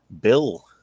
Bill